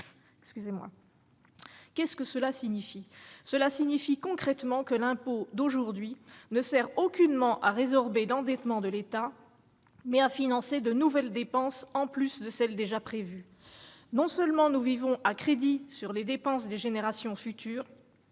financé par la dette. Cela signifie concrètement que l'impôt aujourd'hui sert non pas à résorber l'endettement de l'État, mais à financer de nouvelles dépenses, en plus de celles qui sont déjà prévues. Non seulement nous vivons à crédit, sur les dépenses des générations futures,